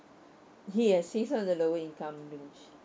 he is he's on the lower income range